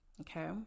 okay